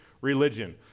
religion